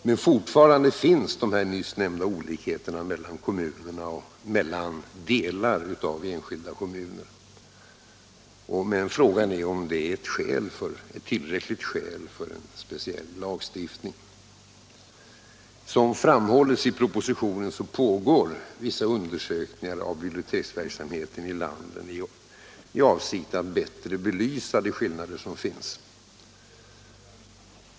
Men fortfarande finns de nyssnämnda olikheterna mellan kom I munerna och mellan delar av enskilda kommuner. Frågan är om det = Anslag till litteratur är ett tillräckligt skäl för en speciell lagstiftning. och folkbibliotek Som framhålles i propositionen pågår vissa undersökningar av biblioteksverksamheten i landet i avsikt att bättre belysa de skillnader som finns.